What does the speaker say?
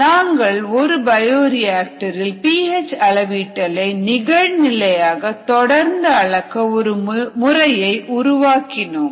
நாங்கள் ஒரு பயோரியாக்டரில் பீ எச் அளவீட்டலை நிகழ்நிலையாக தொடர்ந்து அளக்க ஒரு முறையை உருவாக்கினோம்